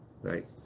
right